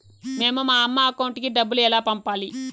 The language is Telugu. మేము మా అమ్మ అకౌంట్ కి డబ్బులు ఎలా పంపాలి